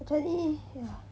actually